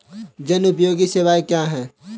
जनोपयोगी सेवाएँ क्या हैं?